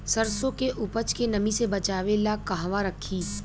सरसों के उपज के नमी से बचावे ला कहवा रखी?